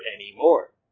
anymore